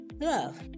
Love